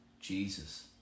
Jesus